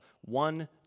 one